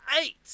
eight